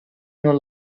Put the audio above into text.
non